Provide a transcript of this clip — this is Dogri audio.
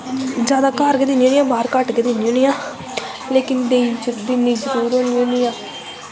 जादा घर गै दिन्नी होनी आं बाह्र घट्ट गै दिन्नी होनी आं लेकिन दिन्नी जरूर होनी होनी आं